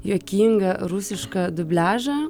juokingą rusišką dubliažą